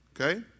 Okay